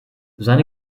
seine